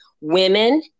women